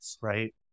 Right